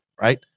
right